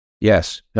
Yes